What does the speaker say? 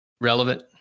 relevant